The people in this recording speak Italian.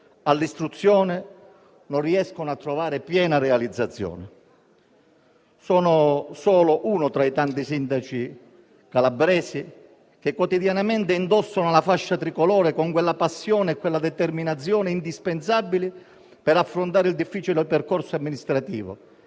all'istruzione, non riescono a trovare piena realizzazione. Sono solo uno tra i tanti sindaci calabresi che quotidianamente indossano la fascia tricolore con quella passione e quella determinazione indispensabili per affrontare il difficile percorso amministrativo